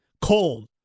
Cold